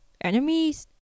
enemies